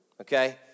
okay